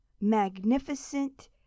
magnificent